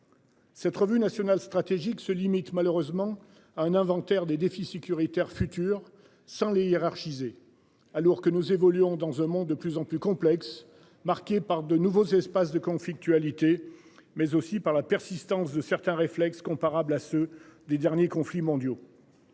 Cette revue nationale stratégique se limite malheureusement à un inventaire des défis sécuritaires futur sans les hiérarchiser, alors que nous évoluons dans un monde de plus en plus complexe, marquée par de nouveaux c'est. Passe de conflictualité mais aussi par la persistance de certains réflexes comparables à ceux des derniers conflits mondiaux.